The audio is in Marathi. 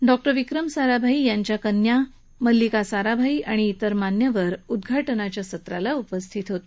डॉक्टर विक्रम साराभाई यांच्या कन्या मल्लिका साराभाई आणि इतर मान्यवर उद्घाटनाच्या सत्राला उपस्थित होते